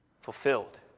Fulfilled